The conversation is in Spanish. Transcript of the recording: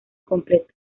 completo